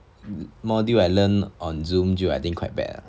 module I learn on zoom 就 I think quite bad ah